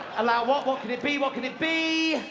allow what? what can it be? what can it be.